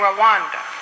Rwanda